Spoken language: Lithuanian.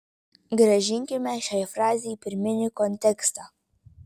grąžinkime šiai frazei pirminį kontekstą